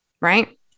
right